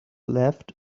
left